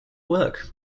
work